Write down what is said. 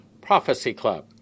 PROPHECYCLUB